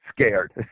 scared